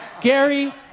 Gary